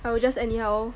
I will just anyhow